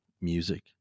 music